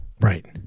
Right